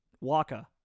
Waka